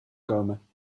komen